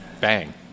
bang